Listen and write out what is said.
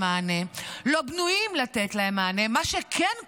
מיליארד שקלים.